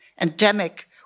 endemic